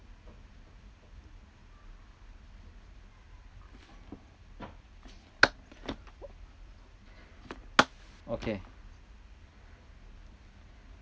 okay